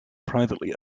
privately